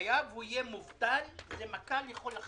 בחייו הוא יהיה מובטל, זה מכה לכל החיים.